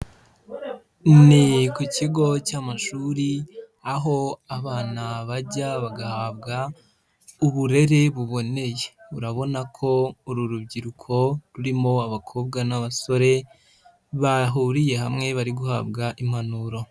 Ni ku kigo cy'amashuri aho abana bajya bagahabwa uburere buboneye, urabona ko uru rubyiruko rurimo abakobwa n'abasore bahuriye hamwe bari guhabwa impanuro.